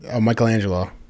Michelangelo